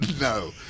no